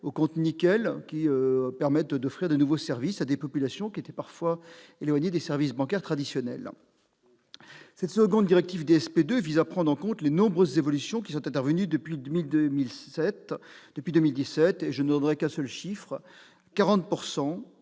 le Compte-Nickel, qui permettent d'offrir de nouveaux services à des populations qui étaient parfois éloignées des services bancaires traditionnels. Cette seconde directive, « DSP 2 », vise à prendre en compte les nombreuses évolutions survenues depuis 2007. Pour ne donner qu'un chiffre, 40